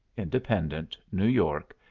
independent, new york,